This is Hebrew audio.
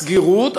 סגירות,